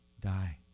die